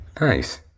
Nice